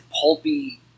pulpy